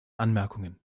anmerkungen